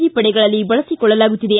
G ಪಡೆಗಳಲ್ಲಿ ಬಳುಕೊಳ್ಳಲಾಗುತ್ತಿದೆ